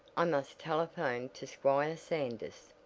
i must telephone to squire sanders.